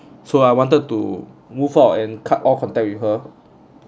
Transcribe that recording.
so I wanted to move out and cut all contact with her